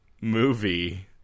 movie